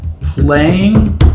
playing –